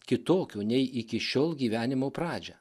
kitokio nei iki šiol gyvenimo pradžią